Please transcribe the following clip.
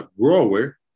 grower